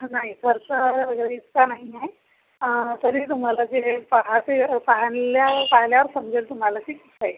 नाही खर्च इतका नाही आहे तरी तुम्हाला ते पाहल्य पाहल्या पाहिल्यावर समजेल तुम्हाला ते कितका येईल